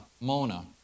Mona